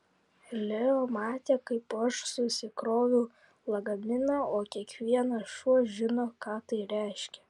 leo matė kaip aš susikroviau lagaminą o kiekvienas šuo žino ką tai reiškia